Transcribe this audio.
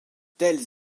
telles